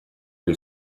who